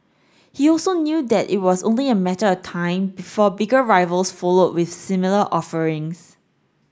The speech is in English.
he also knew that it was only a matter of time before bigger rivals followed with similar offerings